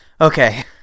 okay